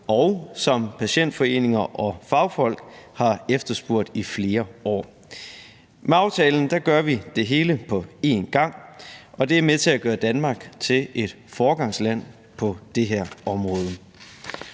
og som patientforeninger og fagfolk har efterspurgt i flere år. Med aftalen gør vi det hele på en gang, og det er med til at gøre Danmark til et foregangsland på det her område.